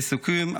לסיכום,